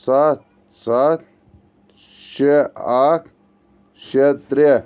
سَتھ سَتھ شےٚ اَکھ شےٚ ترٛےٚ